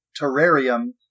terrarium